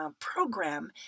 Program